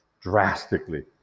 drastically